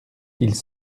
ils